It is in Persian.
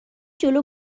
جلو